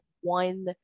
one